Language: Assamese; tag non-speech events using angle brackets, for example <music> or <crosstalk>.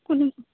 <unintelligible>